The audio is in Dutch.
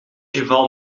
geval